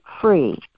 free